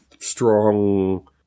Strong